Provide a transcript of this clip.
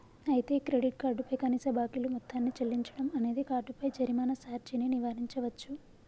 అయితే ఈ credit card పై కనీస బాకీలు మొత్తాన్ని చెల్లించడం అనేది కార్డుపై జరిమానా సార్జీని నివారించవచ్చు